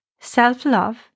self-love